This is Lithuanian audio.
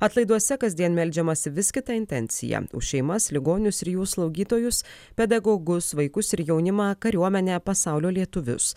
atlaiduose kasdien meldžiamasi vis kita intencija už šeimas ligonius ir jų slaugytojus pedagogus vaikus ir jaunimą kariuomenę pasaulio lietuvius